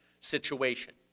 situation